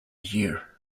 year